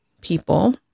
people